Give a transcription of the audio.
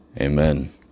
Amen